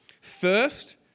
First